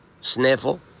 sniffle